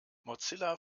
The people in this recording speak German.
mozilla